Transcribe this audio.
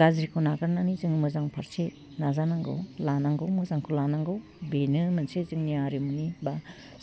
गाज्रिखौ नागारनानै जों मोजां फारसे नाजानांगौ लानांगौ मोजांखौ लानांगौ बेनो मोनसे जोंनि आरिमुनि बा